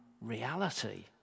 reality